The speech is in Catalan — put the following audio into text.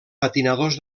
patinadors